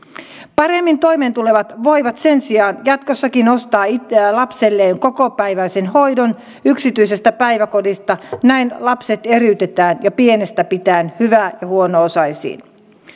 paremmin toimeentulevat voivat sen sijaan jatkossakin ostaa lapselleen kokopäiväisen hoidon yksityisestä päiväkodista näin lapset eriytetään jo pienestä pitäen hyvä ja huono osaisiin